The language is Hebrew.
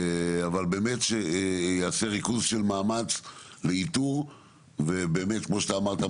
אבל באמת שייעשה ריכוז של מאמץ לאיתור ובאמת כמו שאמרת,